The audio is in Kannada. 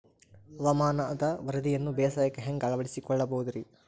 ಹವಾಮಾನದ ವರದಿಯನ್ನ ಬೇಸಾಯಕ್ಕ ಹ್ಯಾಂಗ ಅಳವಡಿಸಿಕೊಳ್ಳಬಹುದು ರೇ?